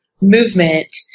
movement